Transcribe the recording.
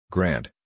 Grant